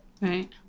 right